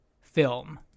film